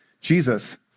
Jesus